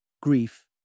Grief